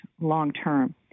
long-term